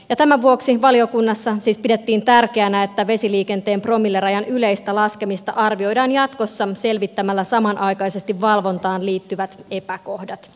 tämän vuoksi valiokunnassa siis pidettiin tärkeänä että vesiliikenteen promillerajan yleistä laskemista arvioidaan jatkossa selvittämällä samanaikaisesti valvontaan liittyvät epäkohdat